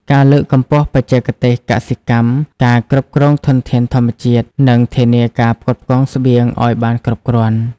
ការលើកកម្ពស់បច្ចេកទេសកសិកម្ម ការគ្រប់គ្រងធនធានធម្មជាតិ និងធានាការផ្គត់ផ្គង់ស្បៀងឲ្យបានគ្រប់គ្រាន់។